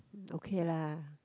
okay lah